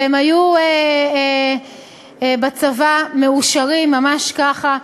והם היו בצבא מאושרים, ממש ככה.